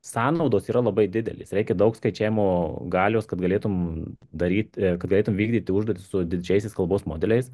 sąnaudos yra labai didelės reikia daug skaičiavimo galios kad galėtum daryt kad galėtum vykdyti užduotis su didžiaisiais kalbos modeliais